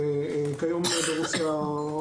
וכיום ברוסיה,